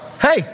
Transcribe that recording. hey